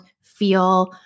feel